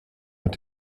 mit